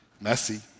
Messy